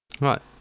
Right